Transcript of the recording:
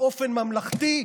באופן ממלכתי,